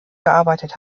gearbeitet